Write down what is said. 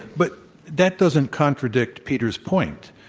but that doesn't contradict peter's point.